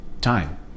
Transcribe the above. time